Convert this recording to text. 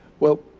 well